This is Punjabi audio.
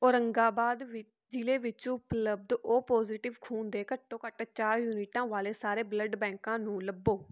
ਔਰੰਗਾਬਾਦ ਜ਼ਿਲ੍ਹੇ ਵਿੱਚ ਉਪਲਬਧ ਓ ਪੌਜ਼ਟਿਵ ਖੂਨ ਦੇ ਘੱਟੋ ਘੱਟ ਚਾਰ ਯੂਨਿਟਾਂ ਵਾਲੇ ਸਾਰੇ ਬਲੱਡ ਬੈਂਕਾਂ ਨੂੰ ਲੱਭੋ